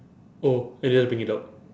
oh and then you bring it up